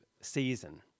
season